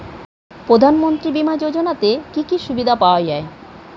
প্রধানমন্ত্রী বিমা যোজনাতে কি কি সুবিধা পাওয়া যায়?